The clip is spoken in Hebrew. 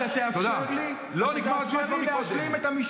אתה יושב-ראש הישיבה, ואמת דיברתי.